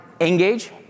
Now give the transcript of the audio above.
engage